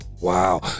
Wow